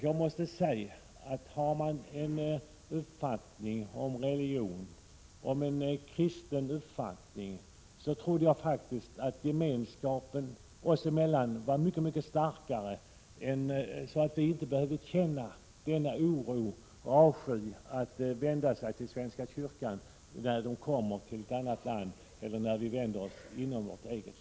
Med vår kristna uppfattning om religion trodde jag faktiskt att gemenskapen mellan oss skulle vara mycket starkare, så att vi inte behövde känna oro och avsky att vända oss till svenska kyrkan när vi kommer till ett annat land eller här hemma.